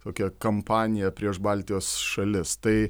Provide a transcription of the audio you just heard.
tokią kampaniją prieš baltijos šalis tai